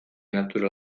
natural